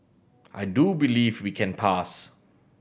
I do believe we can pass